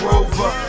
Rover